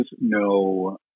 no